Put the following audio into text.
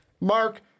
Mark